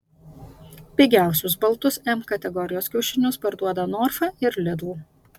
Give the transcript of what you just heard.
pigiausius baltus m kategorijos kiaušinius parduoda norfa ir lidl